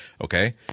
Okay